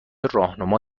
راهنما